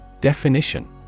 Definition